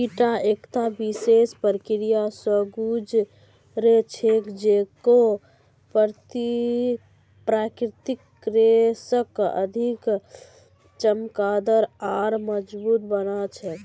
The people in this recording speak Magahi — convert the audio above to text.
ईटा एकता विशेष प्रक्रिया स गुज र छेक जेको प्राकृतिक रेशाक अधिक चमकदार आर मजबूत बना छेक